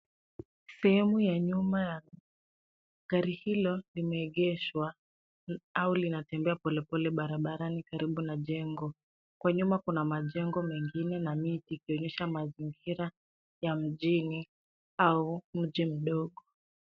Sehemu ya nyuma ya gari hilo limeegeshwa au linatembea polepole barabarani karibu na jengo. Kwa nyuma kuna majengo mengine na miti ikionyesha mazingira ya mjini au mji mdogo.